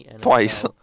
Twice